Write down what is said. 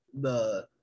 -the